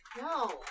No